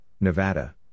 Nevada